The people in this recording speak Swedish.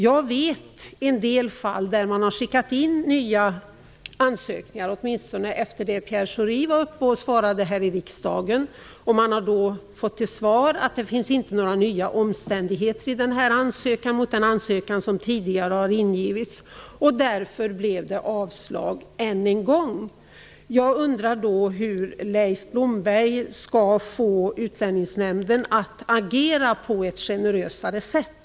Jag känner till en del fall där man har skickat in nya ansökningar, åtminstone efter det att Pierre Schori svarade i debatten här i riksdagen. Man har då fått till svar att det inte finns några nya omständigheter i ansökan i förhållande till den ansökan som tidigare ingivits, och därför blev det avslag än en gång. Hur skall Leif Blomberg få Utlänningsnämnden att agera på ett generösare sätt?